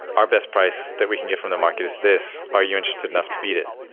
our best price that we can get from the market is this. are you interested enough to beat it?